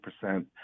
percent